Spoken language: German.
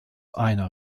einer